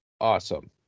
awesome